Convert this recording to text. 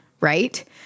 right